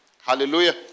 Hallelujah